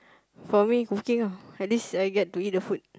for me cooking ah at least I get to eat the food